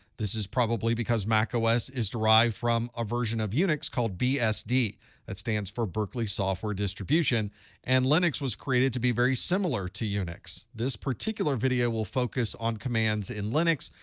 this is probably because macos is derived from a version of unix called bsd that stands for berkeley software distribution and linux was created to be very similar to unix. this particular video will focus on commands in linux,